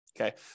Okay